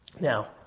Now